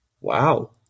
Wow